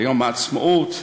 ביום העצמאות,